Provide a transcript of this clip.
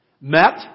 met